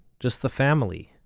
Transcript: just the family,